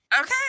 Okay